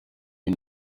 you